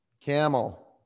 Camel